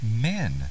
men